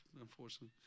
unfortunately